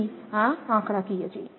તેથી આ આંકડાકીય છે